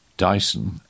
Dyson